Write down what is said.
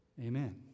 Amen